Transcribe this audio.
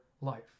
life